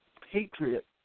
Patriot